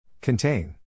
Contain